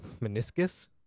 meniscus